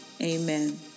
amen